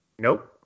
Nope